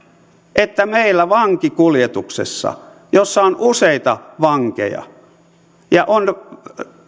että meillä vankikuljetuksessa jossa on useita vankeja on